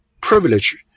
privilege